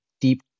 deep